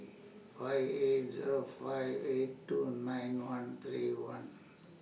five eight Zero five eight two nine one three one